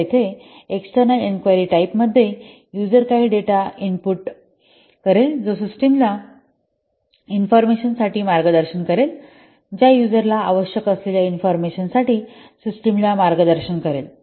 तर येथे external inquiry type मध्ये यूजरकाही डेटा इनपुट करेल जो सिस्टमला इन्फॉर्मेशन साठी मार्गदर्शन करेल ज्या यूजर ला आवश्यक असलेल्या इन्फॉर्मेशनसाठी सिस्टमला मार्गदर्शन करेल